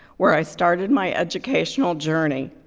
where i started my educational journey.